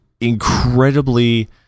incredibly